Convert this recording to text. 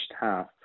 half